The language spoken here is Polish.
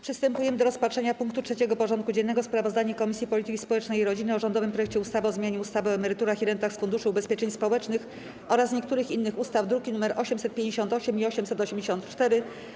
Przystępujemy do rozpatrzenia punktu 3. porządku dziennego: Sprawozdanie Komisji Polityki Społecznej i Rodziny o rządowym projekcie ustawy o zmianie ustawy o emeryturach i rentach z Funduszu Ubezpieczeń Społecznych oraz niektórych innych ustaw (druki nr 858 i 884)